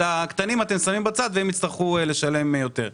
הקטנים אתם שמים בצד והם יצטרכו לשלם יותר.